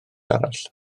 arall